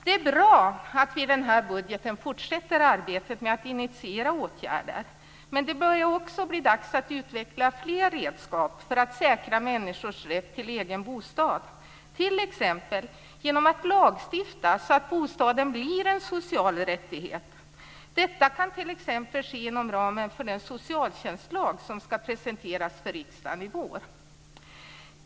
Det är bra att vi i denna budget fortsätter arbetet med att initiera åtgärder, men det börjar också bli dags att utveckla fler redskap för att säkra människors rätt till en egen bostad, t.ex. genom att lagstifta så att bostaden blir en social rättighet. Detta kan t.ex. ske inom ramen för den socialtjänstlag som ska presenteras för riksdagen i vår.